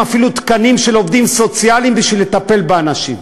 אפילו תקנים של עובדים סוציאליים בשביל לטפל באנשים.